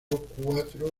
cuatro